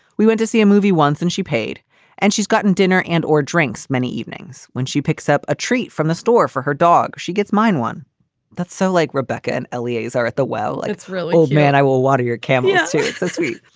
we went to see a movie once and she paid and she's gotten dinner and or drinks many evenings. when she picks up a treat from the store for her dog. she gets mine one that's so like rebecca and l a's are at the well. it's really old man. i will water your camera here this week.